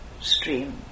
stream